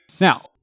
Now